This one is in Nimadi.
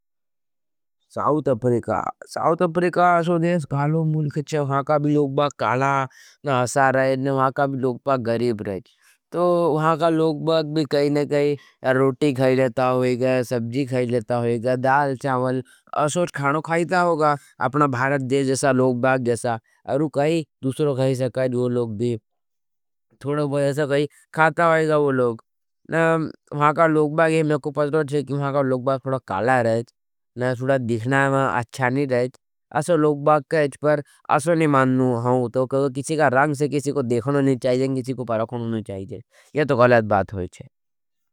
South Africa, South Africa अशो देश खालो मुल्खेश वहाँका भी लोगबाग काला और अशा रहे हज। और वहाँका भी लोगबाग गरीब रहे हज। तो वहाँका लोगबाग भी कईने काई रोटी खाई लेता होगा। सबजी खाई लेता होगा, दाल, चामल अशो खाणो खाईता होगा। आपना भारत देश जैसा, लोगबाग जैसा, अरू काई तुसरो खाई सकाई जो लोग भी थोड़ो भाई असा खाता वाईगा वो लोग वहाँका लोगबाग सुड़ा काला रहा हज, दिखना अच्छा नहीं रहा हज। असो लोगबाग का एच पर असो नहीं मानना हज। किसी का रांग से किसी को देखनो नहीं चाहिए, किसी को परखनो नहीं चाहिए, यह तो गलाद बात होई चाहिए।